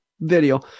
video